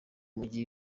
mujyi